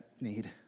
need